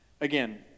Again